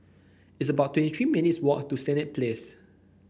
it's about twenty three minutes' walk to Senett Place